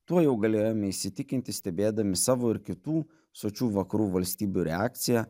tuo jau galėjome įsitikinti stebėdami savo ir kitų sočių vakarų valstybių reakciją